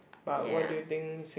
ya